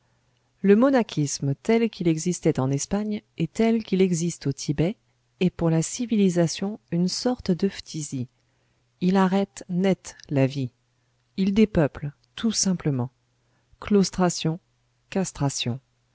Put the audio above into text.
le monachisme tel qu'il existait en espagne et tel qu'il existe au thibet est pour la civilisation une sorte de phtisie il arrête net la vie il dépeuple tout simplement claustration castration